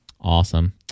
Awesome